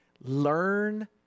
learn